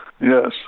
Yes